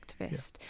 activist